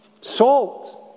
salt